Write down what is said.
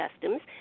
customs